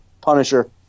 Punisher